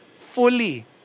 fully